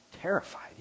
terrified